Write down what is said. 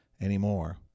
anymore